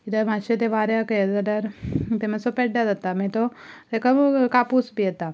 कित्याक मातशें तें वाऱ्याक हें जाल्यार ते मातसो पेड्ड्यार जाता मागीर तो तेका कापूस बी येता